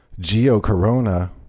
geocorona